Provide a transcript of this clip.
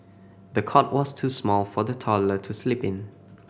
the cot was too small for the toddler to sleep in